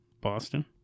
Boston